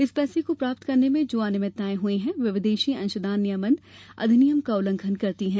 इस पैसे को प्राप्त करने में जो अनियमितताएं हुई हैं वे विदेशी अंशदान नियमन अधिनियम का उल्लंघन करती हैं